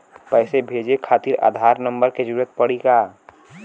पैसे भेजे खातिर आधार नंबर के जरूरत पड़ी का?